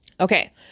Okay